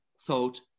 thought